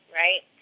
right